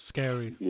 Scary